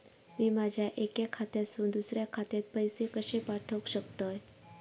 मी माझ्या एक्या खात्यासून दुसऱ्या खात्यात पैसे कशे पाठउक शकतय?